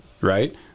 right